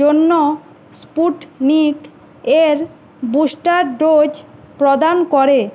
জন্য স্পুটনিক এর booster dose প্রদান করে